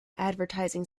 advertising